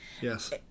Yes